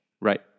right